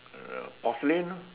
I don't know porcelain orh